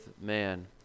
man